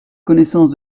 connaissance